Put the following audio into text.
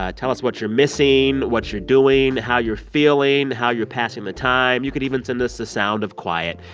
ah tell us what you're missing, what you're doing, how you're feeling, how you're passing the time. you can even send us the sound of quiet.